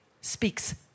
speaks